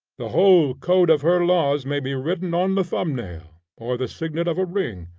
the whole code of her laws may be written on the thumbnail, or the signet of a ring.